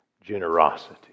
generosity